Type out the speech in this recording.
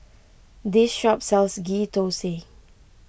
this shop sells Ghee Thosai